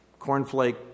cornflake